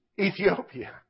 Ethiopia